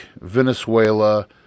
Venezuela